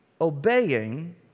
obeying